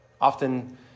Often